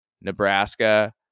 Nebraska